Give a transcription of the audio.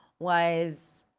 was